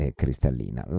cristallina